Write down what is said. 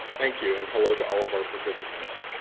thank you, and hello to all of our participants.